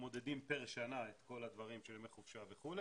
מודדים פר שנה את כל הדברים של ימי חופשה וכו',